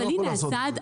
אני לא יכול לעשות את זה,